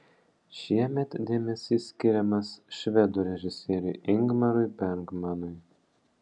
šiemet dėmesys skiriamas švedų režisieriui ingmarui bergmanui